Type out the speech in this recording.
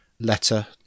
letter